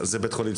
זה בית חולים,